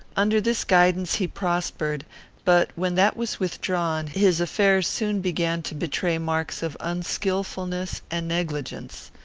under this guidance he prospered but, when that was withdrawn, his affairs soon began to betray marks of unskilfulness and negligence.